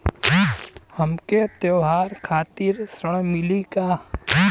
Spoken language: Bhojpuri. हमके त्योहार खातिर ऋण मिली का?